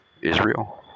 Israel